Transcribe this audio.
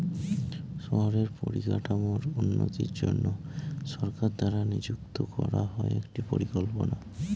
শহরের পরিকাঠামোর উন্নতির জন্য সরকার দ্বারা নিযুক্ত করা হয় একটি পরিকল্পনা